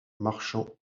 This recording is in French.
marchand